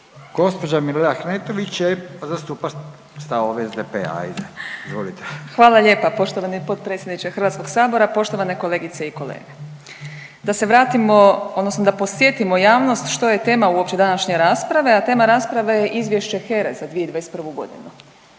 Izvolite. **Ahmetović, Mirela (SDP)** Hvala lijepa. Poštovani potpredsjedniče HS-a, poštovane kolegice i kolege. Da se vratimo odnosno da podsjetimo javnost što je tema uopće današnje rasprave, a tema rasprave je Izvješće HERA-e za 2021.g.